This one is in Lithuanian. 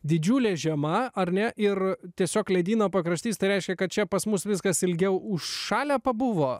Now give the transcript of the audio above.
didžiulė žiema ar ne ir tiesiog ledyno pakraštys tai reiškia kad čia pas mus viskas ilgiau užšalę pabuvo